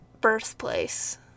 birthplace